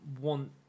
want